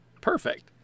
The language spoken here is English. Perfect